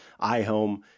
iHome